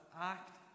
act